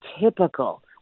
typical